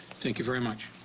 thank you very much.